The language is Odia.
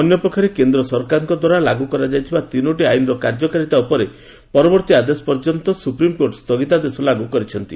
ଅନ୍ୟ ପକ୍ଷରେ କେନ୍ଦ୍ର ସରକାରଙ୍କ ଦ୍ୱାରା ଲାଗୁ କରାଯାଇଥିବା ତିନୋଟି ଆଇନ୍ର କାର୍ଯ୍ୟକାରିତା ଉପରେ ପରବର୍ତ୍ତୀ ଆଦେଶ ପର୍ଯ୍ୟନ୍ତ ସୁପ୍ରିମ୍କୋର୍ଟ ସ୍ଥଗିତାଦେଶ ଲାଗୁ କରିଛନ୍ତି